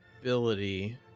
ability